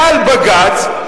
מעל בג"ץ.